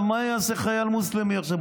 מה יעשה חייל מוסלמי עכשיו?